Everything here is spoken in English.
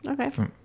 okay